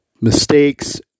mistakes